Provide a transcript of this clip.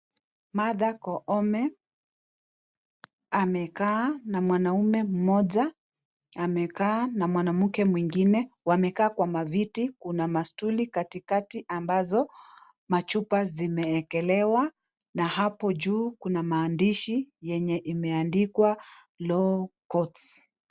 Martha Koome amekaa na mwanaume mmoja, amekaa na mwanamke mwingine, wamekaa kwa maviti. Kuna mastuli kati kati ambazo machupa zimeekelewa na hapo juu kuna maandishi yenye yameandikwa Law Courts.